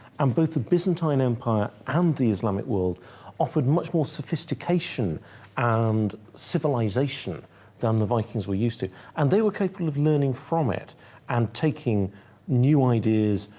and both the byzantine empire and the islamic world offered much more sophistication and civilisation than the vikings were used to and they were capable of learning from it and taking new ideas,